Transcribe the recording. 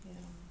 ya